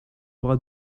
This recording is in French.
aura